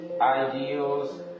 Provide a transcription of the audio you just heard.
ideals